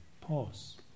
pause